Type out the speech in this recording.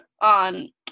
on